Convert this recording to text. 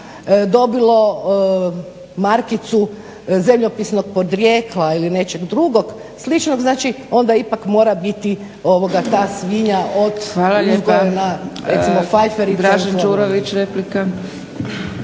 dobilo markicu zemljopisnog podrijetla ili nečeg drugog sličnog znači onda ipak mora biti ta svinja uzgojena recimo **Zgrebec, Dragica (SDP)** Dražen Đurović, replika.